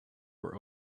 were